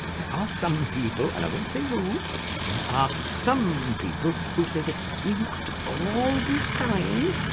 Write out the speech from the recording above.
there are some people and i won't say who there are some people who say that, even after all this time,